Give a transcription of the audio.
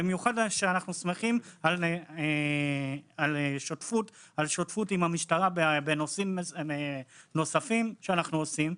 במיוחד שאנחנו שמחים על שותפות עם המשטרה בנושאים נוספים שאנחנו עושים,